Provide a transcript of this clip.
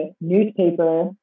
newspaper